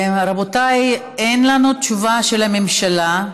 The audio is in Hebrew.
רבותיי, אין לנו תשובה של הממשלה.